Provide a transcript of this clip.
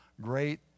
great